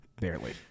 Barely